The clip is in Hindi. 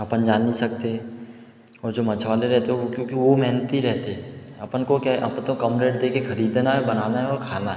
अपन जान नहीं सकते और जो मछुआरे रहते वो क्योंकि वो मेहनती रहते हैं अपन को क्या है अपन तो कम रेट दे कर ख़रीदना है बनाना है और खाना है